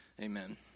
Amen